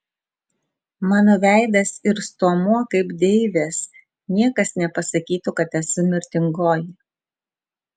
mano veidas ir stuomuo kaip deivės niekas nepasakytų kad esu mirtingoji